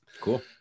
Cool